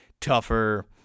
tougher